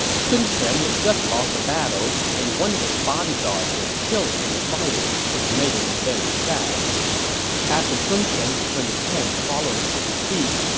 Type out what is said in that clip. sun quan had just lost a battle, and one of his bodyguards was killed in the fighting, which made him very sad after sun quan returned to camp following his defeat,